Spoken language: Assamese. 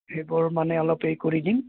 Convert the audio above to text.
সেইবোৰ মানে এই কৰি দিম